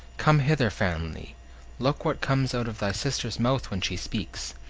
come hither, fanny look what comes out of thy sister's mouth when she speaks.